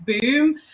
boom